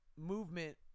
Movement